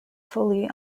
fully